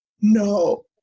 no